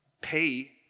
pay